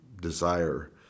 desire